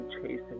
chasing